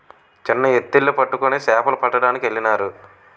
చిన్న ఎత్తిళ్లు పట్టుకొని సేపలు పట్టడానికెళ్ళినారు